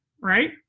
right